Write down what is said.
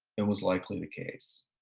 and was likely the case.